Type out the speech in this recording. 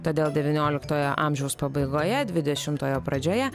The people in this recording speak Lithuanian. todėl devynioliktojo amžiaus pabaigoje dvidešimtojo pradžioje